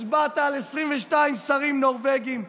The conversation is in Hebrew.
הצבעת על 22 שרים נורבגים,